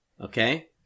Okay